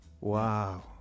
Wow